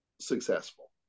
successful